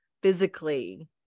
physically